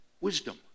wisdom